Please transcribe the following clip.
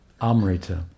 Amrita